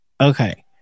Okay